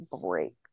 break